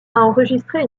enregistré